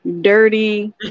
dirty